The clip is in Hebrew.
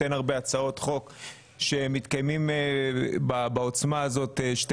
אין הרבה הצעות חוק שמתקיימות בעוצמה הזאת שתי